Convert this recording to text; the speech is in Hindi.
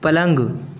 पलंग